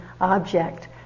object